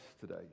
today